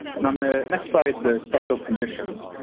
and on the next slide, the special conditions.